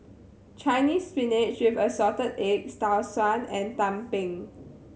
Chinese Spinach with Assorted Eggs Tau Suan and Tumpeng